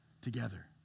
together